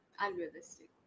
unrealistic